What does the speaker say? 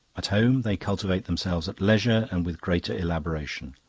at home they cultivate themselves at leisure and with greater elaboration.